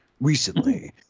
Recently